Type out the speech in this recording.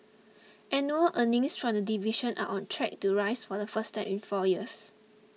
annual earnings from the division are on track to rise for the first time in four years